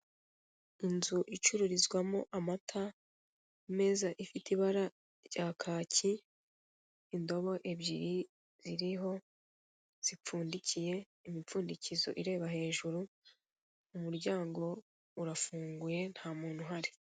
Inzu icururizwamo amata imeza ifite ibara rya kaki, indobo ebyiri ziriho zipfundikiye imipfundikizo ireba hejuru, umuryango urafunguye nta muntu uhari.